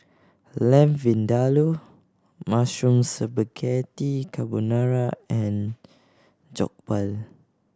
Lamb Vindaloo Mushroom Spaghetti Carbonara and Jokbal